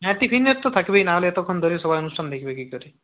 হ্যাঁ টিফিনের তো থাকবেই নাহলে এতক্ষণ ধরে সবাই অনুষ্ঠান দেখবে কি করে